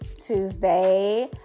Tuesday